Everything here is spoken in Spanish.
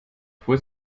fue